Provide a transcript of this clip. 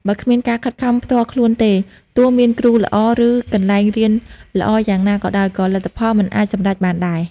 បើគ្មានការខិតខំផ្ទាល់ខ្លួនទេ ទោះមានគ្រូល្អ ឬកន្លែងរៀនល្អយ៉ាងណាក៏ដោយ ក៏លទ្ធផលមិនអាចសម្រេចបានដែរ។